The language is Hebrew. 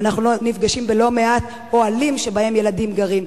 ואנחנו נפגשים בלא מעט אוהלים שבהם ילדים גרים.